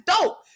dope